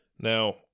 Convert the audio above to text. Now